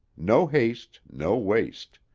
no haste, no waste.